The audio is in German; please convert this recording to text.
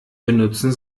benutzen